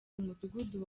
umudugudu